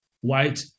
white